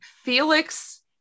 Felix